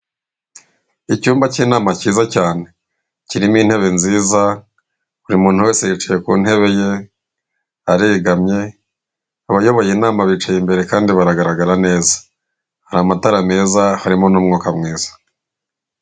Icyumba k'inama cyiza cyane kirimo intebe nziza buri muntu wese yicaye ku ntebe ye aregamye, abayoboye inama bicaye imbere kandi baragaragara neza hari amatara meza harimo n'umwuka mwiza.